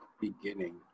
beginning